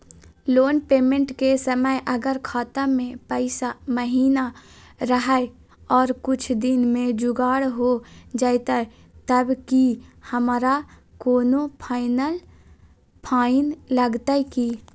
Loan payment के समय अगर खाता में पैसा महिना रहै और कुछ दिन में जुगाड़ हो जयतय तब की हमारा कोनो फाइन लगतय की?